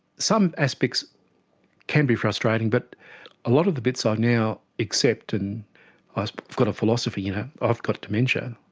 some aspects can be frustrating, but a lot of the bits i ah now accept and i've got a philosophy, you know i've got dementia,